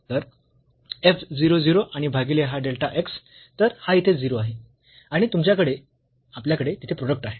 तर f 0 0 आणि भागीले हा डेल्टा x तर हा येथे 0 आहे आणि तुमच्याकडे आपल्याकडे तिथे प्रोडक्ट आहे